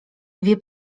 wie